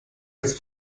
als